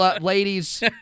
Ladies